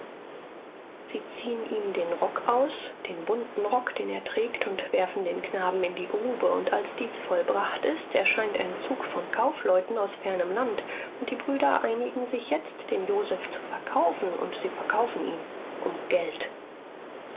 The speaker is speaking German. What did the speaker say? sie ziehen ihm den rock aus den bunten rock den er trägt und werfen den knaben in die grube und als dies vollbracht ist erscheint ein zug von kaufleuten aus fernem land und die brüder einigen sich jetzt den joseph zu verkaufen und sie verkaufen ihn um geld